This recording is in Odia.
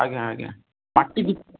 ଆଜ୍ଞା ଆଜ୍ଞା ମାଟି ଦ୍ୱୀପ